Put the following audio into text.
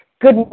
Good